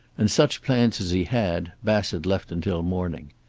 and such plans as he had bassett left until morning.